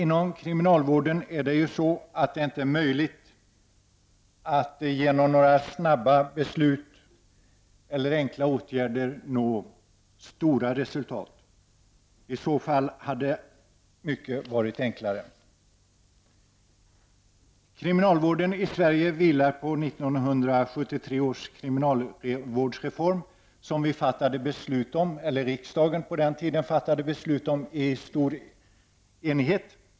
Inom kriminalvården är det ju inte möjligt att genom några snabba beslut eller enkla åtgärder nå stora resultat — i så fall hade mycket varit enklare. Kriminalvården i Sverige vilar på 1973 års kriminalvårdsreform, som riksdagen i stor enighet fattade beslut om.